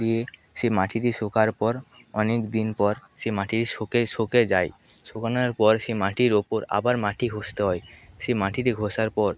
দিয়ে সেই মাটিটি শোকানোর পর অনেকদিন পর সেই মাটিটি শুকিয়ে যায় শুকানোর পর সেই মাটির ওপর আবার মাটি ঘষতে হয় সেই মাটিটি ঘষার পর